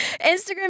Instagram